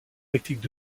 tactiques